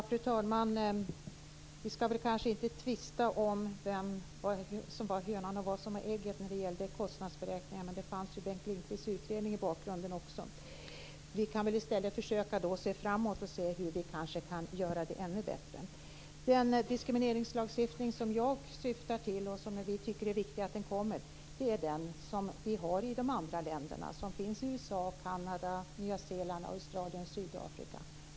Fru talman! Vi skall väl kanske inte tvista om vad som var hönan och vad som var ägget när det gäller kostnadsberäkningar. Men Bengt Lindqvists utredning fanns ju också i bakgrunden. Vi kan väl i stället försöka se framåt och se hur vi kanske kan göra det ännu bättre. Den diskrimineringslagstiftning som jag syftar till och som vi tycker är viktig är den som finns i de andra länderna. Den finns i USA, Kanada, Nya Zeeland, Australien och Sydafrika.